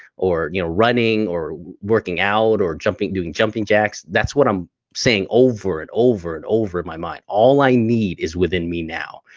or you know running, or working out, or jumping, doing jumping jacks, that's what i'm saying over and over and over in my mind. all i need is within me now.